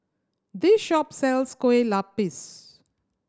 this shop sells Kueh Lupis